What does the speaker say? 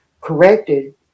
corrected